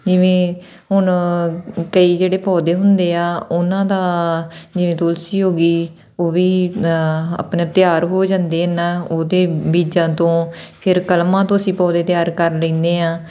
ਜਿਵੇਂ ਹੁਣ ਕਈ ਜਿਹੜੇ ਪੌਦੇ ਹੁੰਦੇ ਆ ਉਹਨਾਂ ਦਾ ਜਿਵੇਂ ਤੁਲਸੀ ਹੋ ਗਈ ਉਹ ਵੀ ਆਪਣੇ ਤਿਆਰ ਹੋ ਜਾਂਦੇ ਇਹਨਾਂ ਉਹਦੇ ਬੀਜਾਂ ਤੋਂ ਫਿਰ ਕਲਮਾਂ ਤੋਂ ਅਸੀਂ ਪੌਦੇ ਤਿਆਰ ਕਰ ਲੈਂਦੇ ਹਾਂ